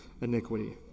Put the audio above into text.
iniquity